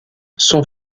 son